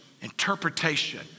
interpretation